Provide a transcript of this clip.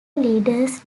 leaders